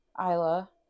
Isla